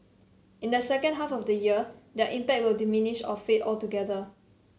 in the second half of the year their impact will diminish or fade altogether